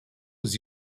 was